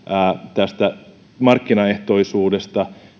tästä markkinaehtoisuudesta